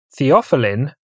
Theophylline